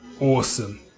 awesome